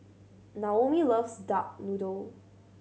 Naomi loves duck noodle